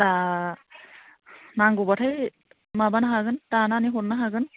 दा नांगौबाथाय माबानो हागोन दानानै हरनो हागोन